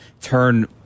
turn